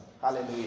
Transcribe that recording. Hallelujah